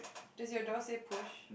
does your door says push